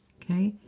ok.